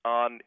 on